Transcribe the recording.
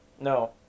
No